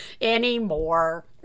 Anymore